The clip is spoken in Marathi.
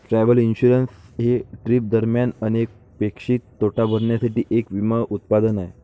ट्रॅव्हल इन्शुरन्स हे ट्रिप दरम्यान अनपेक्षित तोटा भरण्यासाठी एक विमा उत्पादन आहे